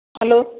hello